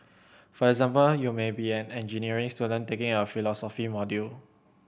for example you may be an engineering student taking a philosophy module